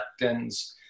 lectins